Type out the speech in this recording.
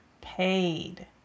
paid